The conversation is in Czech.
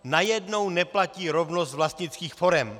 Najednou neplatí rovnost vlastnických forem!